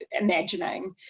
imagining